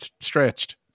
stretched